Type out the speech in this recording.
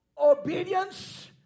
obedience